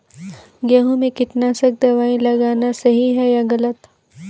गेहूँ में कीटनाशक दबाई लगाना सही है या गलत?